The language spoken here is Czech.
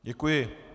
Děkuji.